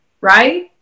Right